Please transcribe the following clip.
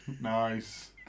nice